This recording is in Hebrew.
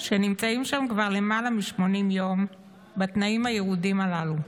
שנמצאים שם כבר מעל מ-80 יום בתנאים הירודים הללו,